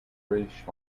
british